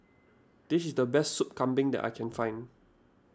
this is the best Sup Kambing that I can find